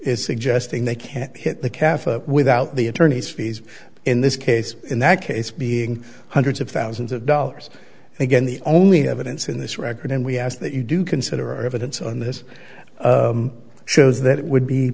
suggesting they can't hit the kaffir without the attorneys fees in this case in that case being hundreds of thousands of dollars and again the only evidence in this record and we ask that you do consider evidence on this shows that it would be